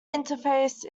interface